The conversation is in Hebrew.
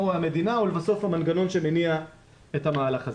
מה רואה המדינה ולבסוף המנגנון שמניע את המהלך הזה.